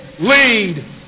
lead